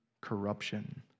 corruption